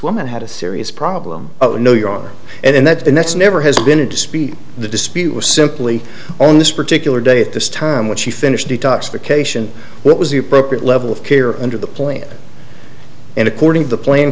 woman had a serious problem oh no you are and that's been that's never has been a to speed the dispute was simply on this particular day at this time when she finished detoxification what was the appropriate level of care under the plan and according to